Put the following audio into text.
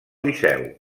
liceu